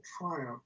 triumph